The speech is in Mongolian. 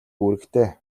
үүрэгтэй